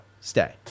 stay